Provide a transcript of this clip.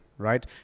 Right